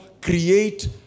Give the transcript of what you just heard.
create